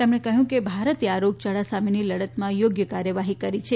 તેમણે કહ્યું કે ભારતે આ રોગયાળા સામેની લડતમાં યોગ્ય કાર્યવાહી કરી છે